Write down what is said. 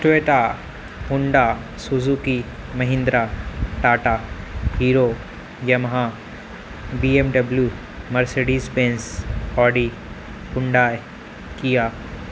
Toyota Honda Suzuki Mahindra Tata hero Yamaha BMW Mercedes Benz Audi Hyundai Kia